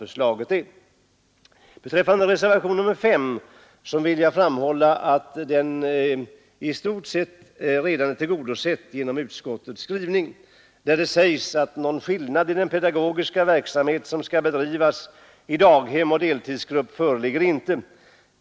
Beträffande herr Åkerlinds reservation nr 5 vill jag framhålla att den i stort sett redan är tillgodosedd genom utskottets skrivning, där det sägs: ”Någon skillnad i den pedagogiska verksamhet som skall bedrivas i daghem och deltidsgrupp föreligger inte.